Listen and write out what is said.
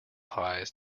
pies